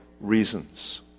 reasons